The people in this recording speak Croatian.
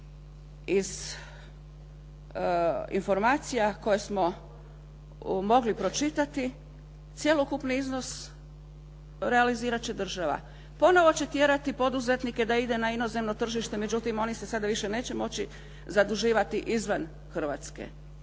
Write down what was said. Iz informacija koje smo mogli pročitati, cjelokupni iznos realizirat će država. Ponovo će tjerati poduzetnike da ide na inozemno tržište, međutim oni se sada više neće moći zaduživati izvan Hrvatske.